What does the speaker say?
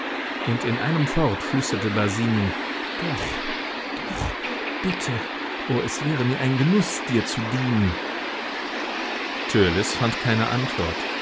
und in einem fort flüsterte basini doch doch bitte o es wäre mir ein genuß dir zu dienen törleß fand keine antwort